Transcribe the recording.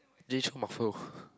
Jay-Chou muffle